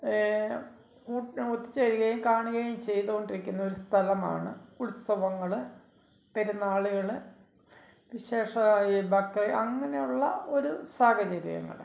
കൂട്ട് ഒത്ത് ചേരുകയും കാണുകയും ചെയ്തുകൊണ്ടിരിക്കുന്ന ഒരു സ്ഥലമാണ് ഉത്സവങ്ങൾ പെരുന്നാളുകൾ അങ്ങനെ ഉള്ള ഒരു സാഹചര്യങ്ങൾ